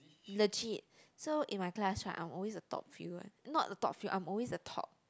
legit so in my class right I'm always the top few one not the top few I'm always the top